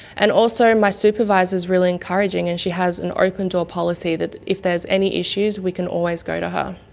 and also my supervisor's really encouraging, and she has an open door policy that if there's any issues we can always go to her.